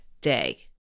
day